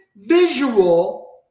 visual